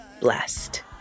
blessed